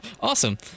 Awesome